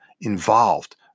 involved